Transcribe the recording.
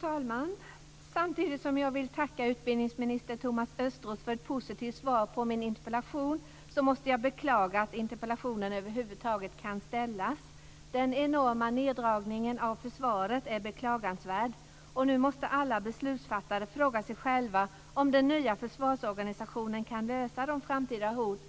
Fru talman! Samtidigt som jag vill tacka utbildningsminister Thomas Östros för ett positivt svar på min interpellation, måste jag beklaga att interpellationen över huvud taget kan ställas. Den enorma neddragningen av försvaret är beklagansvärd. Nu måste alla beslutsfattare fråga sig själva om den nya försvarsorganisationen kan lösa de framtida hot